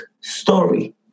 story